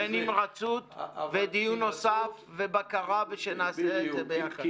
בנמרצות, בדיון נוסף, בבקרה ושנעשה את זה ביחד.